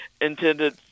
intended